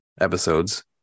episodes